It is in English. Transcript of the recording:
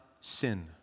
sin